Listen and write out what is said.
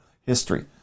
history